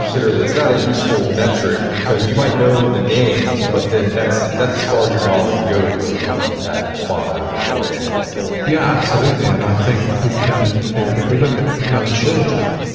you said earlier, that's not a useful metric because you might know the names, but then that's that's as far as your knowledge goes of that fauna or animal yeah, absolutely. and i think we can, if if we look at young children,